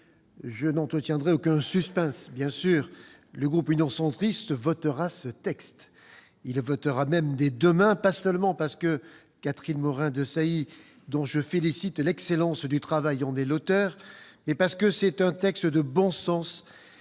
je n'entretiendrai aucun suspense : le groupe Union Centriste votera ce texte ; il le votera même des deux mains, pas seulement parce que Catherine Morin-Desailly, que je félicite pour l'excellence de son travail, en est l'auteur, mais aussi parce que c'est un texte de bon sens,